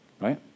right